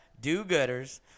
do-gooders